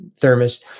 thermos